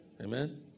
Amen